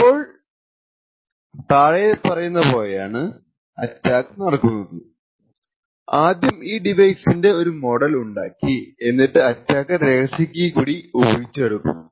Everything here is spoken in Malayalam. ഇപ്പോൾ താഴെ പറയുന്ന പോളാണ് അറ്റാക്ക് നടക്കുന്നത് ആദ്യം ഈ ഡിവൈസിന്റെ ഒരു മോഡൽ ഉണ്ടാക്കി എന്നിട്ട് അറ്റാക്കർ രഹസ്യ കീ കൂടി ഊഹിച്ചെടുക്കുന്നു